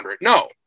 No